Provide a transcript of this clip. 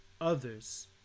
others